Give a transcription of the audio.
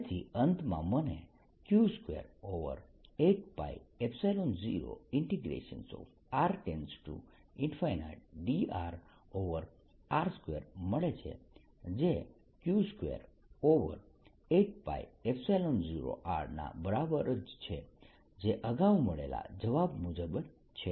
તેથી અંતમાં મને Q28π0Rdrr2 મળે છે જે Q28π0R ના બરાબર જ છે જે અગાઉ મળેલા જવાબ મુજબ જ છે